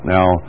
Now